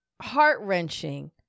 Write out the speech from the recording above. heart-wrenching